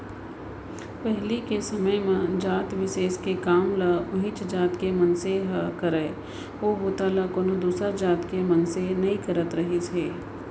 पहिली के समे म जात बिसेस के काम ल उहींच जात के मनसे ह करय ओ बूता ल कोनो दूसर जात के मनसे नइ कर सकत रिहिस हे